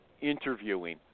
interviewing